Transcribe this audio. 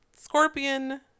Scorpion